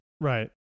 Right